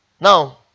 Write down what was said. now